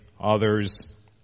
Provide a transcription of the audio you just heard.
others